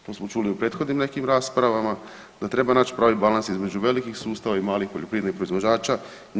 To smo čuli u prethodnim nekim raspravama, da treba naći pravi balans između velikih sustava i malih poljoprivrednih proizvođača.